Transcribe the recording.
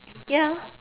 ya